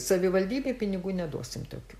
savivaldybei pinigų neduosime tokių